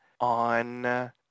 On